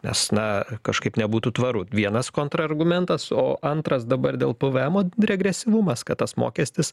nes na kažkaip nebūtų tvaru vienas kontrargumentas o antras dabar dėl pvemo regresyvumas kad tas mokestis